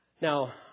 Now